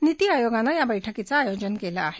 नीती आयोगानं या बैठकीचं आयोजन केलं आहे